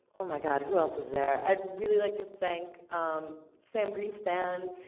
oh my god, who else is there? i'd really like to thank um sam greenspan,